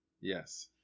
Yes